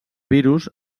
virus